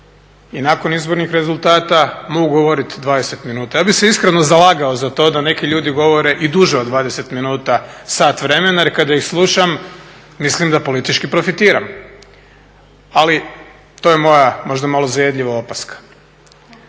i nakon izbornih rezultata mogu govoriti 20 minuta. Ja bih se iskreno zalagao za to da neki ljudi govore i duže od 20 minuta, sat vremena, jer kada ih slušam mislim da politički profitiram. Ali to je moja možda malo zajedljiva opaska.